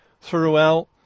throughout